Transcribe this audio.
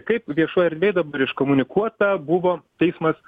kaip viešoj erdvėj dabar iškomunikuota buvo teismas